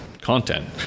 content